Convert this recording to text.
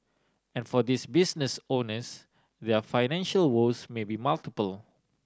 and for these business owners their financial woes may be multiple